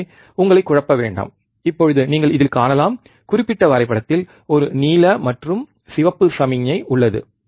எனவே உங்களை குழப்ப வேண்டாம் இப்போது நீங்கள் இதில் காணலாம் குறிப்பிட்ட வரைபடத்தில் ஒரு நீல மற்றும் சிவப்பு சமிக்ஞை உள்ளது